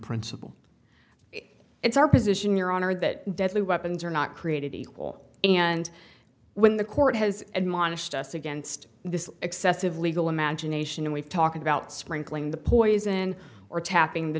principle it's our position your honor that deadly weapons are not created equal and when the court has admonished us against this excessive legal imagination and we've talking about sprinkling the poison or tapping the